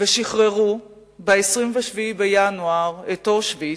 ושחררו ב-27 בינואר את אושוויץ,